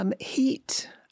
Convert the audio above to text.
Heat